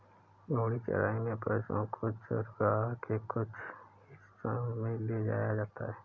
घूर्णी चराई में पशुओ को चरगाह के कुछ हिस्सों में ले जाया जाता है